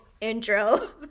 intro